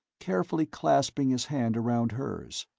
carefully clasping his hand around hers.